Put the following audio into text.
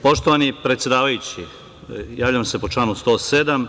Poštovani predsedavajući, javljam se po članu 107.